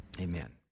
Amen